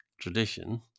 tradition